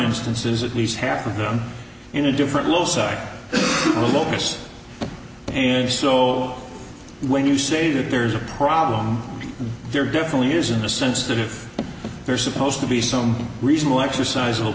instances at least half of them in a different los are the locus and so when you say that there's a problem there definitely is in the sense that if they're supposed to be some reasonable exercise